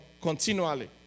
continually